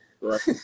Right